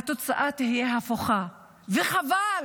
התוצאה תהיה הפוכה, וחבל,